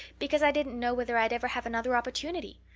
because i didn't know whether i'd ever have another opportunity.